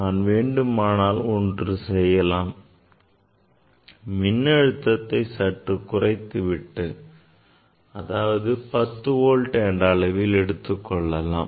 நான் வேண்டுமானால் ஒன்று செய்யலாம் மின்னழுத்தத்தை சற்று குறைத்து அதாவது 10 வோல்ட் என்ற அளவில் எடுத்துக்கொள்ளலாம்